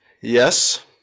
Yes